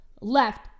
left